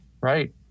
Right